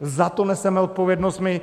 Za to neseme odpovědnost my.